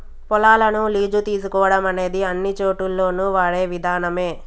పొలాలను లీజు తీసుకోవడం అనేది అన్నిచోటుల్లోను వాడే విధానమే